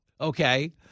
okay